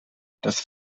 das